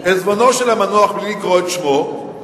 עיזבונו של המנוח, בלי לקרוא את שמו,